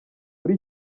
muri